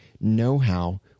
know-how